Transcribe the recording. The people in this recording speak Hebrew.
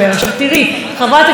חברת הכנסת קארין אלהרר,